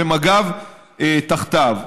ומג"ב תחתיו.